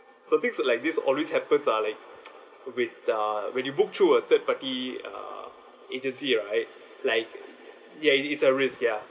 so things like this always happens ah like with uh when you book through a third party uh agency right like ya it is a risk ya